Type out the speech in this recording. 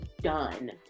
done